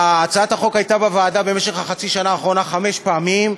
הצעת החוק הייתה בוועדה במשך חצי השנה האחרונה חמש פעמים,